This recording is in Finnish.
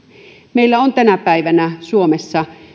meillä on tänä päivänä suomessa